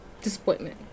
Disappointment